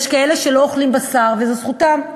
יש כאלה שלא אוכלים בשר וזו זכותם,